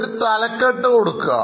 ഒരു തലക്കെട്ട് കൊടുക്കുക